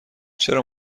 چرا